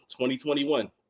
2021